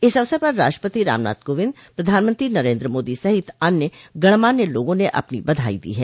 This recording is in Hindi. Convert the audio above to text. इस अवसर पर राष्ट्रपति रामनाथ कोविद प्रधानमंत्री नरेन्द्र मोदी सहित अन्य गणमान्य लोगों ने अपनी बधाई दी है